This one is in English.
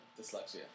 dyslexia